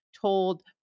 told